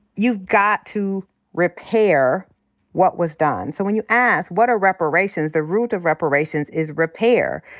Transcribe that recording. you've got to repair what was done. so when you ask, what are reparations? the root of reparations is repair.